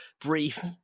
brief